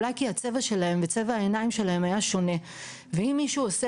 אולי כי הצבע שלהם וצבע העיניים שלהם היה שונה ואם מישהו עושה